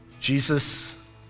Jesus